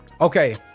okay